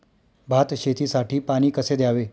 भात शेतीसाठी पाणी कसे द्यावे?